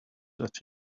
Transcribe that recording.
that